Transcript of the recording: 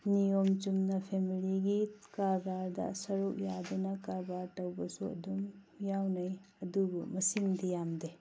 ꯅꯤꯌꯣꯝ ꯆꯨꯝꯅ ꯐꯦꯃꯤꯂꯤꯒꯤ ꯀ꯭ꯔꯕꯥꯔꯗ ꯁꯔꯨꯛ ꯌꯥꯗꯨꯅ ꯀ꯭ꯔꯕꯥꯔ ꯇꯧꯕꯁꯨ ꯑꯗꯨꯝ ꯌꯥꯎꯅꯩ ꯑꯗꯨꯕꯨ ꯃꯁꯤꯡꯗꯤ ꯌꯥꯝꯗꯦ